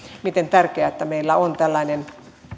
miten tärkeää että meillä on tällainen